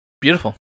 Beautiful